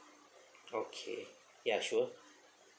okay ya sure